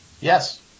Yes